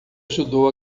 ajudou